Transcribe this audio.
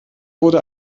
wurde